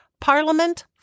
Parliament